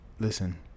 listen